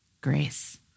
Grace